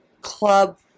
Club